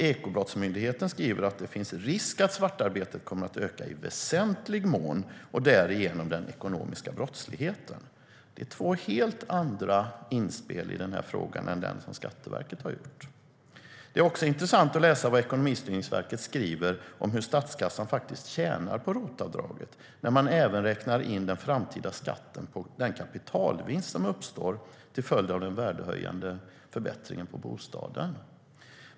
Ekobrottsmyndigheten skriver att det finns risk att svartarbetet kommer att öka i väsentlig mån och därigenom den ekonomiska brottsligheten. Det är två helt andra inspel i frågan än det som Skatteverket har gjort. Det är också intressant att läsa vad Ekonomistyrningsverket skriver om hur statskassan faktiskt tjänar på ROT-avdraget när man även räknar in den framtida skatten på den kapitalvinst som uppstår till följd av den värdehöjande förbättringen av bostaden.